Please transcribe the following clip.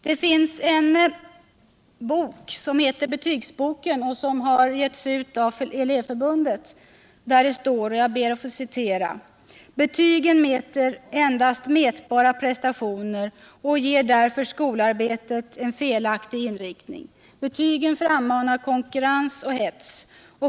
Elevförbundet har givit ut en bok, Betygsboken, där det står: ”Betygen mäter endast mätbara prestationer och ger därför skolarbetet en felaktig inriktning. Betygen frammanar konkurrens och hets.